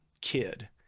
kid